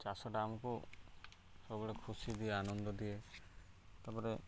ଚାଷଟା ଆମକୁ ସବୁବେଳେ ଖୁସି ଦିଏ ଆନନ୍ଦ ଦିଏ ତା'ପରେ